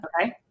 Okay